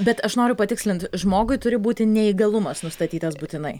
bet aš noriu patikslint žmogui turi būti neįgalumas nustatytas būtinai